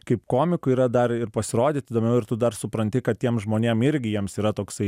kaip komikui yra dar ir pasirodyt įdomiau ir tu dar supranti kad tiem žmonėm irgi jiems yra toksai